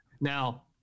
now